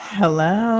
hello